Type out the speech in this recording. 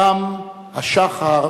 שם השחר